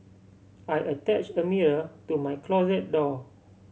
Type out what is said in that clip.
I attached a mirror to my closet door